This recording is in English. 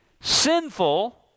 sinful